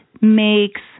makes